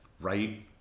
right